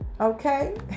Okay